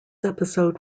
episode